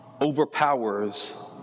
overpowers